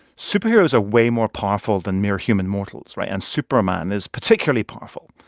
superheroes are way more powerful than mere human mortals, right? and superman is particularly powerful.